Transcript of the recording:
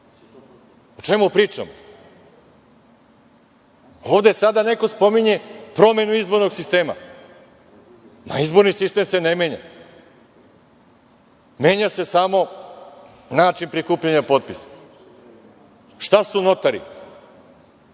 čemu pričamo? Ovde sada neko spominje promenu izbornog sistema. Izborni sistem se ne menja, samo se menja način prikupljanja potpisa. Šta su notari?